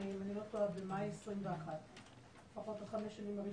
הרבה פעמים כוחות השיטור והאכיפה הם של העירייה